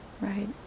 right